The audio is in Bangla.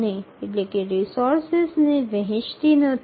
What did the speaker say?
অর্থাৎ কার্যগুলি রিসোর্স ভাগ করে না